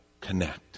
connect